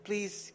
Please